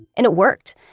and it worked.